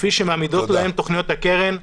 כפי שמעמידות להם תכניות הקרן -- תודה.